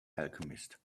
alchemist